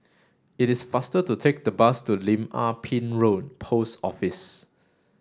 it is faster to take the bus to Lim Ah Pin Road Post Office